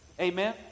Amen